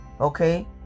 okay